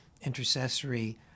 intercessory